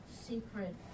secret